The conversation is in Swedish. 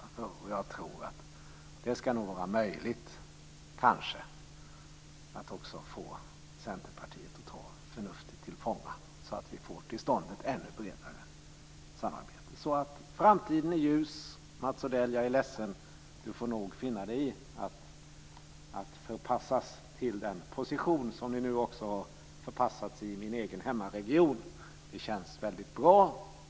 Jag tror att det kanske ska vara möjligt att också få Centerpartiet att ta sitt förnuft till fånga så att vi får till stånd ett ännu bredare samarbete. Framtiden är ljus. Jag är ledsen, men Mats Odell får nog finna sig i att förpassas till den position som ni nu också har förpassats till i min hemregion. Det känns väldigt bra.